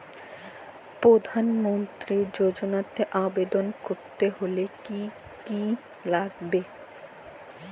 প্রধান মন্ত্রী যোজনাতে আবেদন করতে হলে কি কী লাগবে?